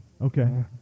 Okay